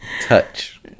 touch